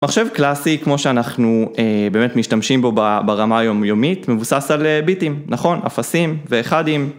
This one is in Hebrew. מחשב קלאסי, כמו שאנחנו באמת משתמשים בו ברמה היומיומית, מבוסס על ביטים, נכון? אפסים ואחדים.